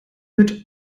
mit